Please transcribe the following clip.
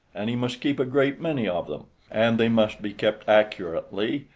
and he must keep a great many of them, and they must be kept accurately,